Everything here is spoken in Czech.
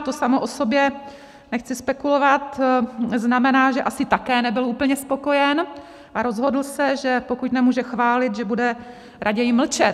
To samo o sobě nechci spekulovat znamená, že asi také nebyl úplně spokojen, a rozhodl se, že pokud nemůže chválit, že bude raději mlčet.